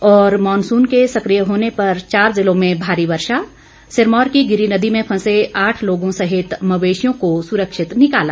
और मॉनसून के सक्रिय होने पर चार जिलों में भारी वर्षा सिरमौर की गिरि नदी में फंसे आठ लोगों सहित मवेशियों को सुरक्षित निकाला